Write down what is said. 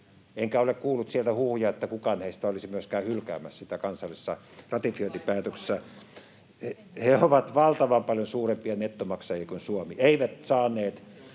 enkä ole kuullut sieltä huhuja, että kukaan heistä olisi myöskään hylkäämässä sitä kansallisessa ratifiointipäätöksessä. He ovat valtavan paljon suurempia nettomaksajia kuin Suomi, [Timo Heinosen